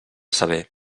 saber